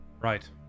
right